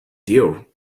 deal